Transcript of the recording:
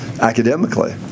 academically